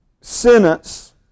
sentence